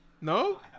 No